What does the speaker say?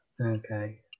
Okay